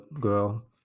girl